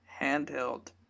handheld